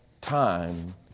time